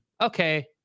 okay